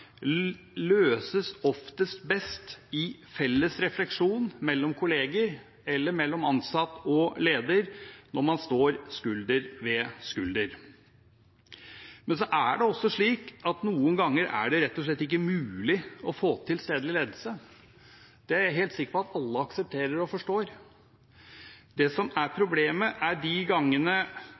løses oftest best i felles refleksjon mellom kolleger eller mellom ansatt og leder når man står skulder ved skulder. Men så er det også slik at noen ganger er det rett og slett ikke mulig å få til stedlig ledelse. Det er jeg helt sikker på at alle aksepterer og forstår. Det som er problemet, er de gangene